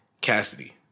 Cassidy